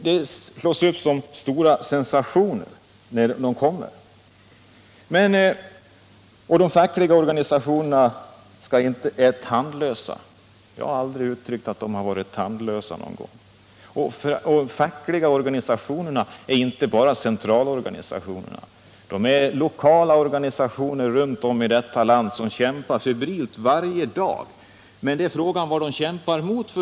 Det slås upp som stora sensationer när de upptäcks. Jag har aldrig sagt att de fackliga organisationerna är tandlösa. De fackliga organisationerna består f. ö. inte bara av centralorganisationerna, utan man har runt om i landet lokala organisationer som varje dag kämpar febrilt. Men frågan är vad de kämpar mot.